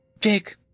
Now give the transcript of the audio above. Jake